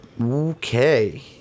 okay